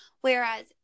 Whereas